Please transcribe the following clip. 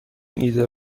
ایده